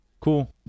cool